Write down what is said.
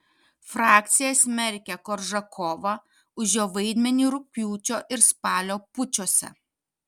frakcija smerkia koržakovą už jo vaidmenį rugpjūčio ir spalio pučuose